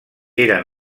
era